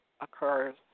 occurs